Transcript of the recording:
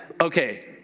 Okay